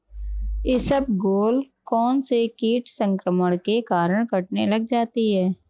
इसबगोल कौनसे कीट संक्रमण के कारण कटने लग जाती है?